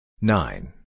Nine